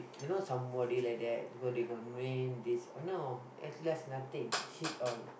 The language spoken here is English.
you know somebody like that go they got name this or no at last nothing shit all